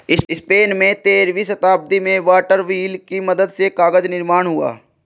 Spain में तेरहवीं शताब्दी में वाटर व्हील की मदद से कागज निर्माण हुआ